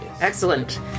Excellent